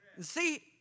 See